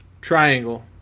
triangle